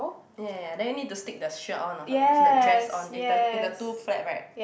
ya ya then you need to stick the shirt on or something the dress on in the in the two flap right